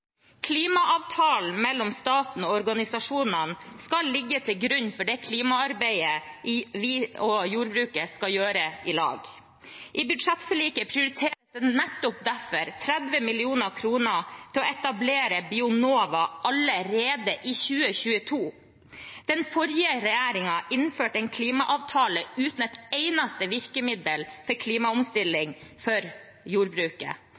Klimaavtalen mellom staten og organisasjonene skal ligge til grunn for det klimaarbeidet vi og jordbruket skal gjøre i lag. I budsjettforliket prioriterer vi nettopp derfor 30 mill. kr til å etablere Bionova allerede i 2022. Den forrige regjeringen innførte en klimaavtale uten et eneste virkemiddel til klimaomstilling for jordbruket.